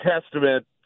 testament